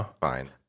fine